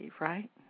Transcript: right